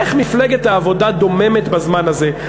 איך מפלגת העבודה דוממת בזמן הזה?